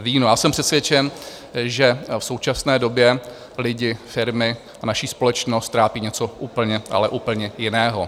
Já jsem přesvědčen, že v současné době lidi, firmy a naši společnost trápí něco úplně, ale úplně jiného.